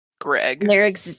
Greg